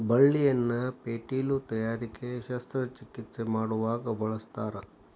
ಬಳ್ಳಿಯನ್ನ ಪೇಟಿಲು ತಯಾರಿಕೆ ಶಸ್ತ್ರ ಚಿಕಿತ್ಸೆ ಮಾಡುವಾಗ ಬಳಸ್ತಾರ